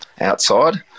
outside